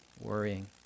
worrying